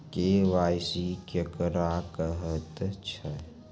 KYC केकरा कहैत छै?